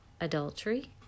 adultery